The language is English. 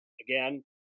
Again